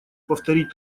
повторить